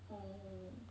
oh